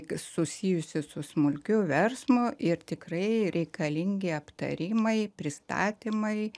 susijusi su smulkiu versmu ir tikrai reikalingi aptarimai pristatymai